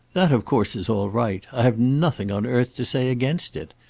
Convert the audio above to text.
that of course is all right. i have nothing on earth to say against it.